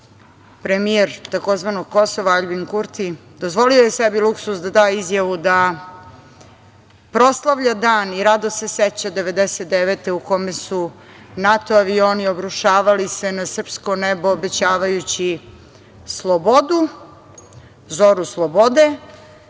premijer tzv. Kosova, Aljbin Kurti, dozvolio je sebi luksuz da da izjavu da proslavlja dan i rado se seća 1999. godine u kome su nato avioni, obrušavali se na srpsko nebo, obećavajući slobodu, zoru